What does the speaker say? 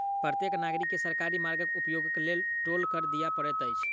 प्रत्येक नागरिक के सरकारी मार्गक उपयोगक लेल टोल कर दिअ पड़ैत अछि